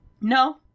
no